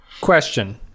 question